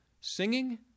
singing